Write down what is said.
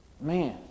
Man